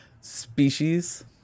Species